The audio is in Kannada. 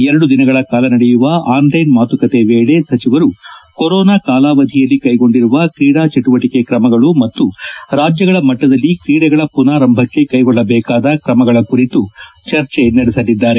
ಎರಡು ದಿನಗಳ ಕಾಲ ನಡೆಯುವ ಆನ್ಲೈನ್ ಮಾತುಕತೆ ವೇಳಿ ಸಚಿವರು ಕೊರೋನಾ ಕಾಲಾವಧಿಯಲ್ಲಿ ಕೈಗೊಂಡಿರುವ ಕ್ರೀಡಾ ಚಟುವಟಿಕೆ ಕ್ರಮಗಳು ಮತ್ತು ರಾಜ್ಯಗಳ ಮಟ್ಟದಲ್ಲಿ ಕ್ರೀಡೆಗಳ ಪುನರಾರಂಭಕ್ಕೆ ಕೈಗೊಳ್ಳಬೇಕಾದ ಕ್ರಮಗಳ ಕುರಿತು ಚರ್ಚೆ ನಡೆಸಲಿದ್ದಾರೆ